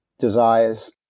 desires